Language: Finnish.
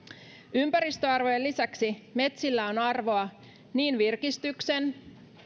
ympäristöarvojen lisäksi metsillä on arvoa niin virkistyksen